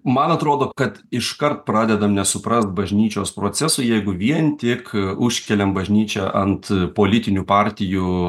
man atrodo kad iškart pradedam nesuprast bažnyčios procesų jeigu vien tik užkeliam bažnyčią ant politinių partijų